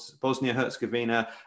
Bosnia-Herzegovina